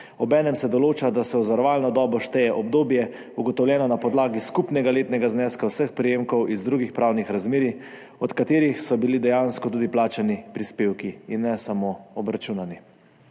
Obenem se določa, da se v zavarovalno dobo šteje obdobje, ugotovljeno na podlagi skupnega letnega zneska vseh prejemkov iz drugih pravnih razmerij, od katerih so bili dejansko tudi plačani prispevki in ne samo obračunani.